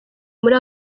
muri